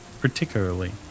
particularly